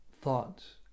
thoughts